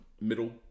middle